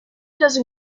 dozen